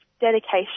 dedication